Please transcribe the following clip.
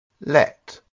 Let